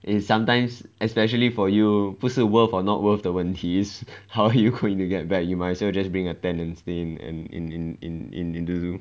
is sometimes especially for you 不是 worth or not worth 的问题 is how you going to get back you might as well just bring a tent then stay in in in in in the zoo